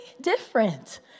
different